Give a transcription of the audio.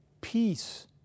peace